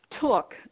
took